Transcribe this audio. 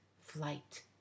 Flight